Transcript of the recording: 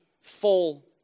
fall